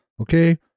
Okay